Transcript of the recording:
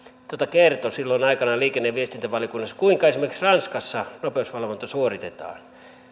kertoi silloin aikanaan liikenne ja viestintävaliokunnassa kuinka esimerkiksi ranskassa nopeusvalvonta suoritetaan